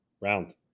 Round